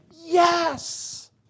yes